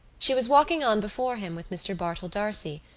she was walking on before him with mr. bartell d'arcy,